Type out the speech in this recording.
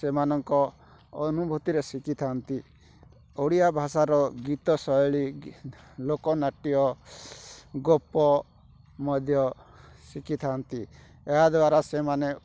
ସେମାନଙ୍କ ଅନୁଭୂତିରେ ଶିଖିଥାନ୍ତି ଓଡ଼ିଆ ଭାଷାର ଗୀତଶୈଳୀ ଲୋକନାଟ୍ୟ ଗପ ମଧ୍ୟ ଶିଖିଥାନ୍ତି ଏହାଦ୍ୱାରା ସେମାନେ